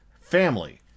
family